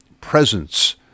presence